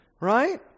Right